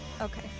Okay